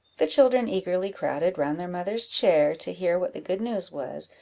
the children eagerly crowded round their mother's chair, to hear what the good news was,